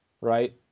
right